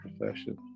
profession